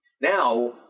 Now